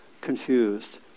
confused